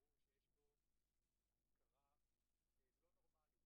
ברור שיש כאן הפקרה לא נורמלית,